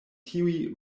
tiuj